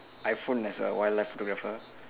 iPhone as a wildlife photographer